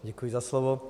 Děkuji za slovo.